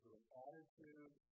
attitude